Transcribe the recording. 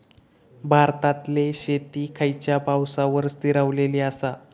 भारतातले शेती खयच्या पावसावर स्थिरावलेली आसा?